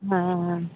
ஆ ஆ ஆ